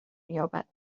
مییابد